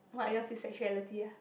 what yours is sexuality ah